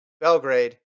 Belgrade